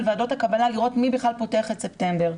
ועדות הקבלה לראות מי בכלל פותח את ספטמבר.